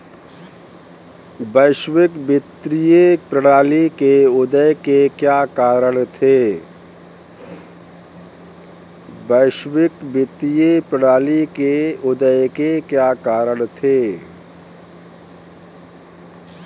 वैश्विक वित्तीय प्रणाली के उदय के क्या कारण थे?